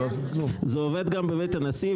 זה עובד גם בבית הנשיא?